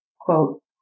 quote